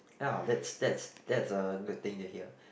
ya that's that's that's a good thing to hear